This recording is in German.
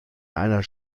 einer